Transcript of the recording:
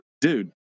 dude